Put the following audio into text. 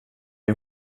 din